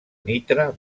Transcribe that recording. nitra